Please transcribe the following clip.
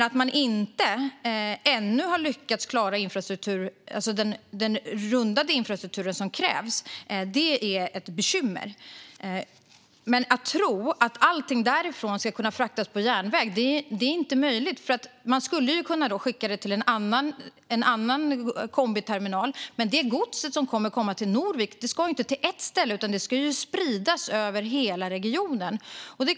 Att man ännu inte har lyckats klara den rundade infrastruktur som krävs är ett bekymmer. Men att tro att allt ska fraktas på järnväg är inte möjligt. Man skulle kunna skicka godset till en annan kombiterminal, men godset som anländer till Norvik ska inte till ett ställe utan det ska spridas över hela regionen.